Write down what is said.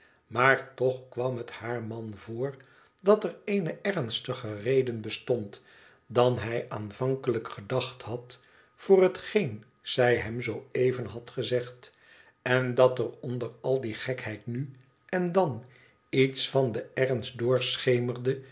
maar toch kwam het haar man voor dat er eene ernstiger reden bestond dan hij aanvankelijk gedacht had voor hetgeen zij hem zoo even had gezegd en dat er onder al die gekheid nu en dan iets van den ernst doorschemerde